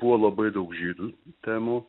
buvo labai daug žydų temų